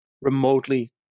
remotely